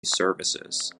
services